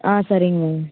ஆ சரிங்கம்மா